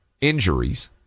injuries